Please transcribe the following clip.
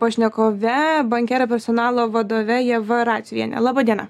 pašnekove bankera personalo vadove ieva raciuviene laba diena